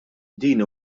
din